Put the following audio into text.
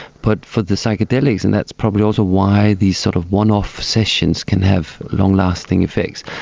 but for the psychedelics and that's probably also why these sort of one-off sessions can have long-lasting effects,